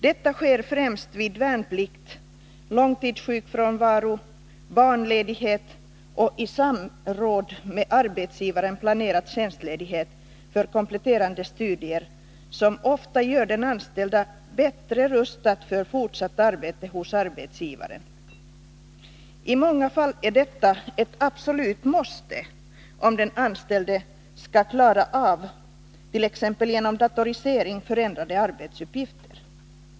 Detta sker främst vid värnplikt, långtidssjukfrånvaro, barnledighet och i samråd med arbetsgivaren planerad tjänstledighet för kompletterande studier, som ofta gör den anställde bättre rustad för fortsatt arbete hos arbetsgivaren. I många fall är sådana studier ett absolut måste, om den anställde skall klara av t.ex. genom datorisering förändrade arbetsuppgifter.